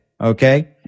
okay